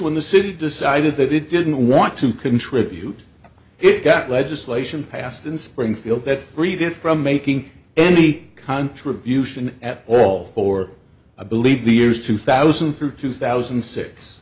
when the city decided that it didn't want to contribute it got legislation passed in springfield that freed it from making any contribution at all for i believe the years two thousand through two thousand